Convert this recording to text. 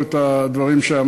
אני אעביר לו את הדברים שאמרת.